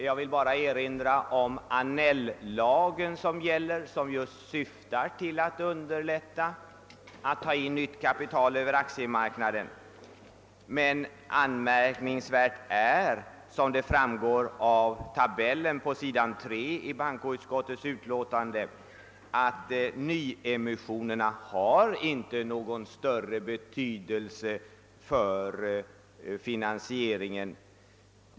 Jag vill bara erinra om den gällande Annell-lagen, som just syftar till att underlätta tillförandet av nytt kapital över aktiemarknaden, men anmärkningsvärt är — som det framgår av tabellen på sidan 3 i bankoutskottets utlåtande — att nyemissionerna inte har någon större betydelse för finansieringen.